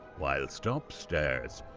whilst ah upstairs,